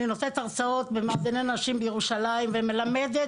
אני נותנת הרצאות במועדוני נשים בירושלים ומלמדת